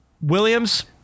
Williams